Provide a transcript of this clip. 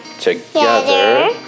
together